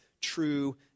true